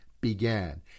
began